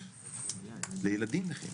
לילדים נכים,